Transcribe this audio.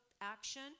action